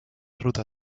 ruta